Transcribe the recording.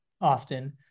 often